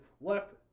left